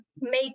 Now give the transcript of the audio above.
make